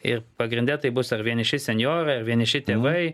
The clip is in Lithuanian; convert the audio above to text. ir pagrinde tai bus ar vieniši senjorai vieniši tėvai